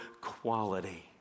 quality